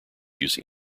use